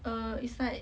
here it's like